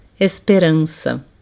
esperança